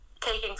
taking